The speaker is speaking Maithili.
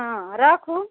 हँ राखु